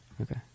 Okay